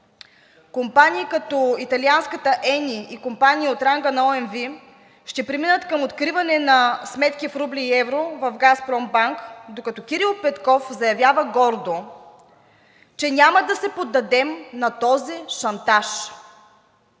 Компании като италианската Eni и ОМV ще преминат към откриване на сметки в рубли и евро в „Газпромбанк“, докато Кирил Петков заявява гордо, че няма да се поддадем на този шантаж.